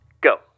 Go